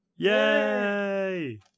Yay